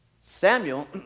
Samuel